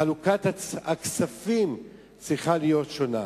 חלוקת הכספים צריכה להיות שונה.